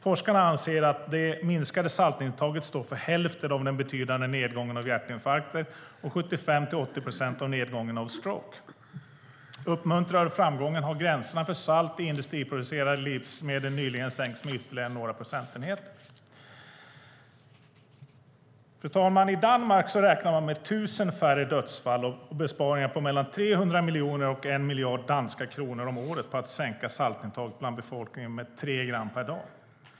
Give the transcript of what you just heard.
Forskarna anser att det minskade saltintaget står för hälften av den betydande nedgången av hjärtinfarkter och 75-80 procent av nedgången av stroke. Uppmuntrad av framgången har man nyligen sänkt gränserna för salt i industriproducerade livsmedel med ytterligare några procentenheter. Fru talman! I Danmark räknar man med 1 000 färre dödsfall och besparingar på mellan 300 miljoner och 1 miljard danska kronor om året på att sänka saltintaget bland befolkningen med tre gram per dag.